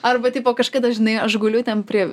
arba tipo kažkada žinai aš guliu ten prie